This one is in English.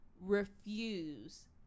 refuse